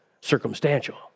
circumstantial